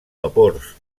vapors